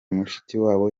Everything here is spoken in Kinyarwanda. mushikiwabo